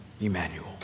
Emmanuel